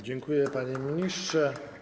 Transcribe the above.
Dziękuję, panie ministrze.